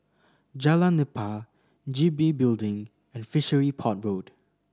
Jalan Nipah G B Building and Fishery Port Road